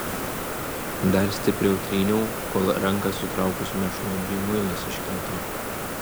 dar stipriau tryniau kol ranką sutraukus mėšlungiui muilas iškrito